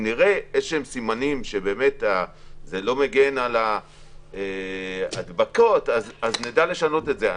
אם יהיו סימנים שזה לא מגן על ההדבקות אז נדע לשנות את זה.